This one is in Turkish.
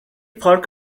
fark